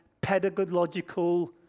pedagogical